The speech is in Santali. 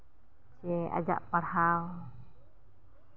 ᱥᱮ ᱟᱡᱟᱜ ᱯᱟᱲᱦᱟᱣ